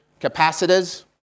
capacitors